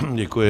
Děkuji.